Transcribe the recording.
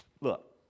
look